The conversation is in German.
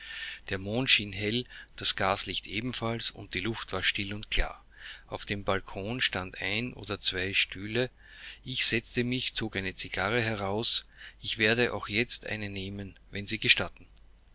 der mond schien hell das gaslicht ebenfalls und die luft war still und klar auf dem balkon standen ein oder zwei stühle ich setzte mich zog eine cigarre heraus ich werde auch jetzt eine nehmen wenn sie gestatten